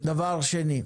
דבר שני,